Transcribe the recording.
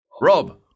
Rob